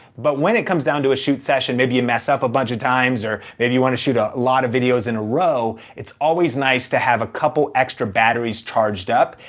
but when it comes down to a shoot session, maybe you mess up a bunch of times or maybe you wanna shoot a lot of videos in a row, it's always nice to have a couple extra batteries charged up,